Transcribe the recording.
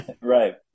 Right